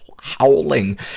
howling